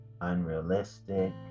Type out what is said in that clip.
unrealistic